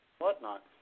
whatnot